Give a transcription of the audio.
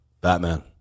Batman